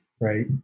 right